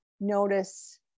notice